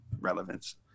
relevance